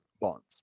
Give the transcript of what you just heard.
bonds